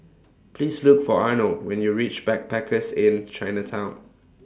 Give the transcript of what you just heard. Please Look For Arnold when YOU REACH Backpackers Inn Chinatown